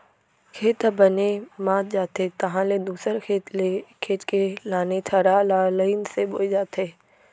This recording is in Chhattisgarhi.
खेत ह बने मात जाथे तहाँ ले दूसर खेत के लाने थरहा ल लईन से बोए जाथे